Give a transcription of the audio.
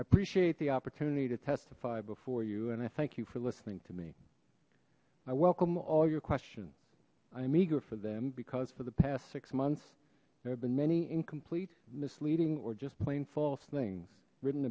appreciate the opportunity to testify before you and i thank you for listening to me i welcome all your question i'm eager for them because for the past six months there have been many incomplete misleading or just plain false things written